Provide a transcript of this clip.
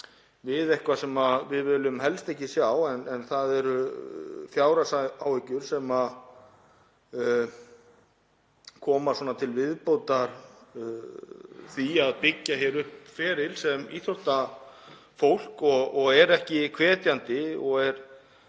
við eitthvað sem við viljum helst ekki sjá, þ.e. fjárhagsáhyggjur sem koma til viðbótar því að byggja upp feril sem íþróttafólk. Það er ekki hvetjandi og